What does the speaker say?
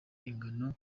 ingano